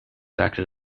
acted